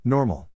Normal